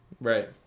Right